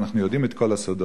ואנחנו יודעים את כל הסודות,